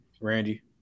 Randy